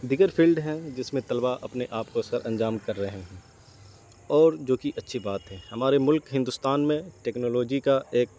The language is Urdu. دیگر فیلڈ ہیں جس میں طلبا اپنے آپ کو سر انجام کر رہے ہیں اور جو کہ اچھی بات ہے ہمارے ملک ہندوستان میں ٹیکنالوجی کا ایک